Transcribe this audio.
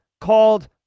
called